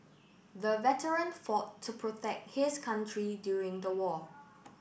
the veteran fought to protect his country during the war